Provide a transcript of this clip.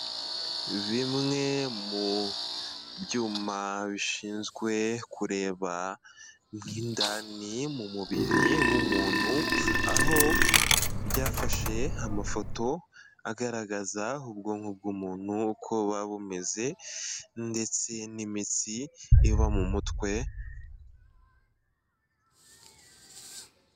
Bimwe mu byuma bishinzwe kureba nk'indani mu mubiri w'umuntu aho byafashe amafoto agaragaza ubwonko bw'umuntu ukoba bumeze ndetse n'imitsi iba mu mutwe...